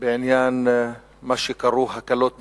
בעניין מה שקרוי ההקלות בסגר.